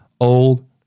old